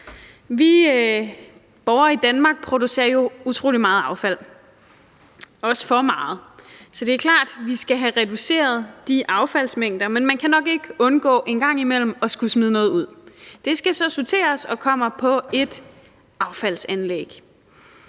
Vi borgere i Danmark producerer jo utrolig meget affald, også for meget, så det er klart, at vi skal have reduceret de affaldsmængder. Men man kan jo nok ikke undgå en gang imellem at skulle smide noget ud. Det skal så sorteres og kommer på et affaldsanlæg.